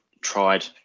tried